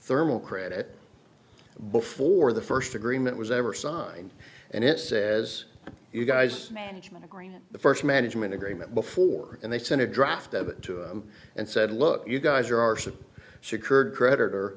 thermal credit before the first agreement was ever signed and it says you guys management agreement the first management agreement before and they sent a draft of it to him and said look you guys are our ship secured creditor